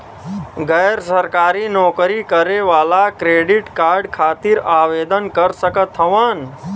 गैर सरकारी नौकरी करें वाला क्रेडिट कार्ड खातिर आवेदन कर सकत हवन?